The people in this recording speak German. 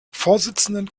vorsitzenden